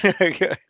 okay